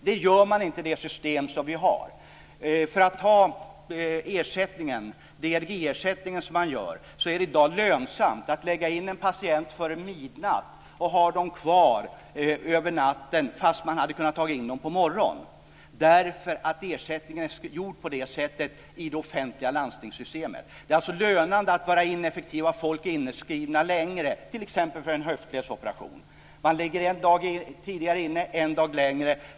Det gör man inte i det system vi har. Låt mig ta DRG-ersättningen. Det är i dag lönsamt att lägga in patienter före midnatt och ha dem kvar över natten trots att man hade kunnat ta in dem på morgonen därför att ersättningen är gjord på det sättet i det offentliga landstingssystemet. Det är alltså lönande att vara ineffektiv och ha folk inskrivna länge, t.ex. för en höftledsoperation. Patienten ligger inne en dag tidigare, en dag längre.